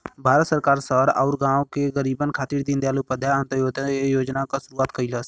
भारत सरकार शहर आउर गाँव के गरीबन खातिर दीनदयाल उपाध्याय अंत्योदय योजना क शुरूआत कइलस